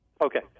Okay